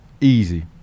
easy